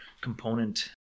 component